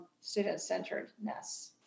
student-centeredness